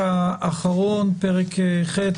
לפרק האחרון, פרק ח'.